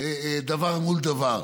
דבר מול דבר.